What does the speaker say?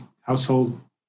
household